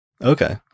Okay